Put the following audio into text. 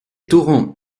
torrents